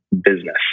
business